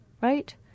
Right